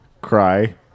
Cry